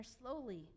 slowly